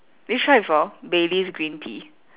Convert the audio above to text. did you try before baileys green tea